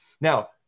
Now